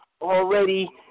already